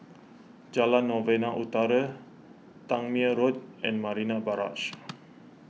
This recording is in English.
Jalan Novena Utara Tangmere Road and Marina Barrage